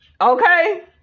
Okay